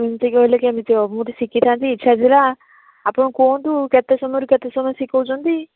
ଏମିତି କହିଲେ କେମିତି ହବ ମୁଁ ଟିକିଏ ଶିଖିଥାନ୍ତି ଇଚ୍ଛା ଥିଲା ଆପଣ କୁହନ୍ତୁ କେତେ ସମୟରୁ କେତେ ସମୟ ଶିଖାଉଛନ୍ତି